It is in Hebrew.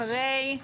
אחרי,